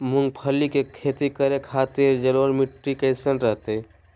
मूंगफली के खेती करें के खातिर जलोढ़ मिट्टी कईसन रहतय?